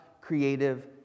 creative